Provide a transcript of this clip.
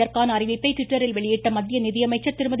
இதற்கான அறிவிப்பை ட்விட்டரில் வெளியிட்ட மத்திய நிதியமைச்சர் திருமதி